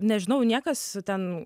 nežinau niekas ten